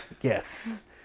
Yes